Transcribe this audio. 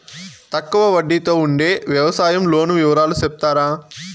తక్కువ వడ్డీ తో ఉండే వ్యవసాయం లోను వివరాలు సెప్తారా?